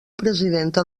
presidenta